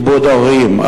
כיבוד הורים.